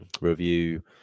review